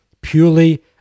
Purely